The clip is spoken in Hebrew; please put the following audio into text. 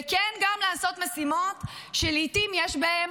וכן, גם לעשות משימות שלעיתים יש בהן